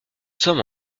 sommes